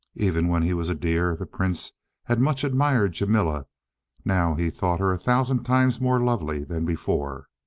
even when he was a deer the prince had much admired jamila now he thought her a thousand times more lovely than before.